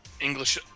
English